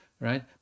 right